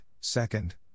second